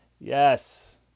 Yes